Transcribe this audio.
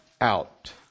out